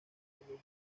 logrando